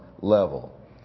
level